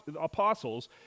apostles